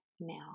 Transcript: now